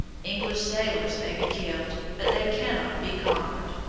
english sailors may be killed, but they cannot be conquered,